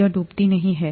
यह डूबता नहीं है